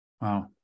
Wow